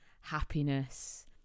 happiness